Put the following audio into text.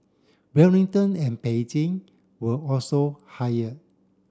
Wellington and Beijing were also higher